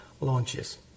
launches